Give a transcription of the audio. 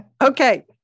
Okay